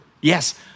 Yes